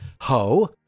Ho